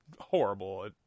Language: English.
horrible